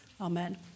Amen